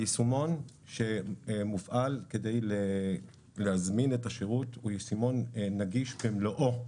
היישומון שמופעל כדי להזמין את השירות הוא יישומון נגיש במלואו,